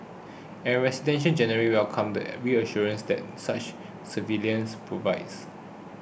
and residents generally welcome the reassurance that such surveillance provides